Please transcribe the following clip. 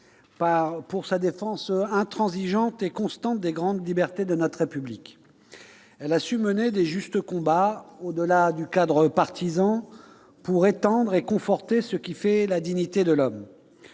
pour sa défense intransigeante et constante des grandes libertés de notre République. Il a su mener de justes combats, au-delà du cadre partisan, pour étendre et conforter ce qui fait la dignité de l'homme.